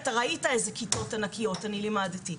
אתה ראית איזה כיתות ענקיות אני לימדתי.